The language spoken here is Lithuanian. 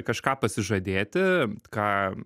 kažką pasižadėti ką